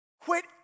Quit